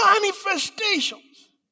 manifestations